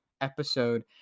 episode